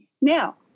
Now